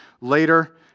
later